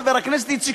חבר הכנסת איציק,